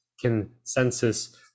consensus